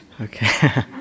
Okay